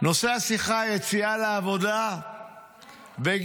נושא השיחה, יציאה לעבודה וגיוס,